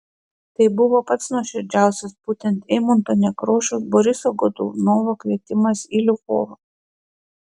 tai buvo pats nuoširdžiausias būtent eimunto nekrošiaus boriso godunovo kvietimas į lvovą